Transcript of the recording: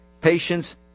patience